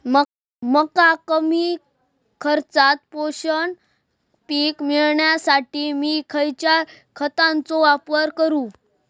मका कमी खर्चात पोषक पीक मिळण्यासाठी मी खैयच्या खतांचो वापर करू?